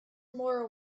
more